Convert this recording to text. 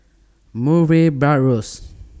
Murray Buttrose